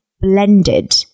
blended